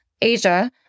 Asia